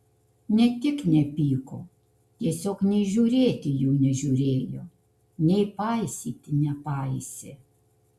ne tik nepyko tiesiog nei žiūrėti jų nežiūrėjo nei paisyti nepaisė